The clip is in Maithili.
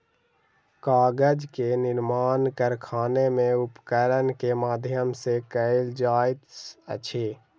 कागज के निर्माण कारखाना में उपकरण के माध्यम सॅ कयल जाइत अछि